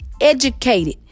educated